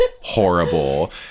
horrible